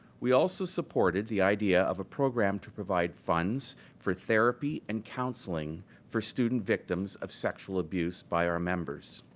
we also supported the idea of a program to provide funds for therapy and counselling for student victims of sexual abuse by our members.